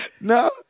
No